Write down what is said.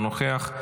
אינו נוכח,